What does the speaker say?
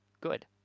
good